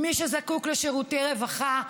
מי שזקוק לשירותי רווחה,